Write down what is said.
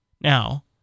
Now